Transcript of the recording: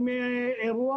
הוא אירוע